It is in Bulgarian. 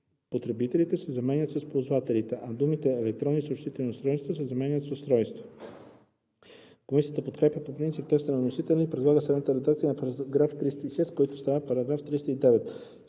„потребителите“ се заменя с „ползвателите“, а думите „електронни съобщителни устройства“ се заменят с „устройства“.“ Комисията подкрепя по принцип текста на вносителя и предлага следната редакция на § 306, който става § 309: